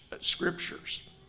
scriptures